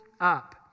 up